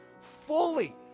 fully